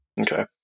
Okay